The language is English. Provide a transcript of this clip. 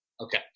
Okay